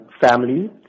Family